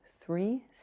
three